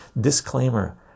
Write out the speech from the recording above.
disclaimer